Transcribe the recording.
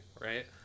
right